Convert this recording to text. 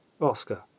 Oscar